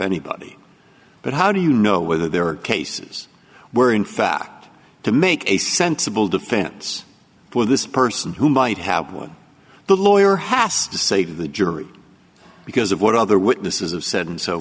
anybody but how do you know whether there are cases where in fact to make a sensible defense for this person who might have won the lawyer hasta say the jury because of what other witnesses have said and so